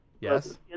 Yes